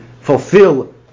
fulfill